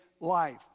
life